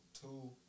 Two